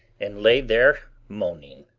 and lay there moaning.